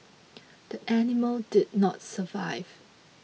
the animal did not survive